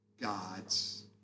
God's